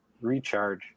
recharge